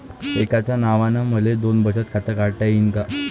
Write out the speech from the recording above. एकाच नावानं मले दोन बचत खातं काढता येईन का?